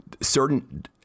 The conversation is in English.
certain